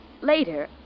later